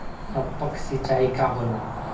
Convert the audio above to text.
टपक सिंचाई का होला?